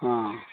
ᱚᱸᱻ